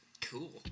Cool